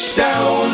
down